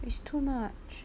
it's too much